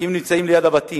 כי הם נמצאים ליד הבתים.